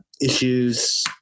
issues